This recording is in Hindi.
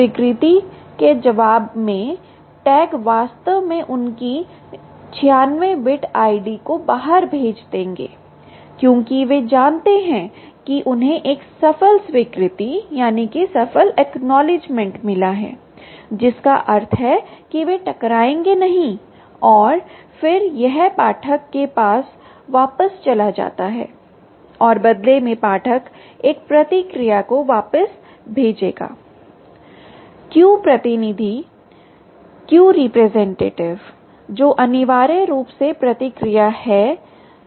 स्वीकृति के जवाब में टैग वास्तव में उनकी 96 बिट ID को बाहर भेज देंगे क्योंकि वे जानते हैं कि उन्हें एक सफल स्वीकृति मिला है जिसका अर्थ है कि वे टकराए नहीं हैं और फिर यह पाठक के पास वापस चला जाता है और बदले में पाठक एक प्रतिक्रिया को वापस भेजेगा Q प्रतिनिधि जो अनिवार्य रूप से प्रतिक्रिया है